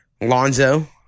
Lonzo